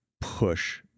push